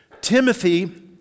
Timothy